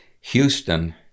Houston